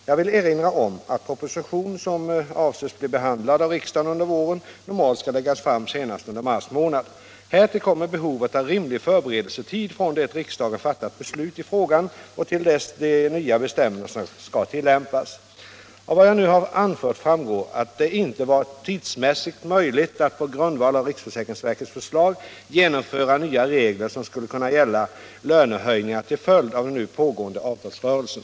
Jag vill erinra om att proposition som avses bli behandlad av riksdagen under våren normalt skall läggas fram senast under mars månad. Härtill kommer behovet av rimlig förberedelsetid från det riksdagen fattat beslut i frågan och till dess de nya bestämmelserna skall tillämpas. Av vad jag här anfört framgår att det inte varit tidsmässigt möjligt att på grundval av riksförsäkringsverkets förslag. genomföra nya regler 35 som skulle kunna gälla lönehöjningar till följd av den nu pågående avtalsrörelsen.